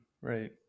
Right